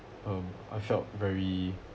um I felt very